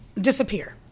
disappear